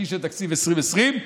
תגישו תקציב 2020,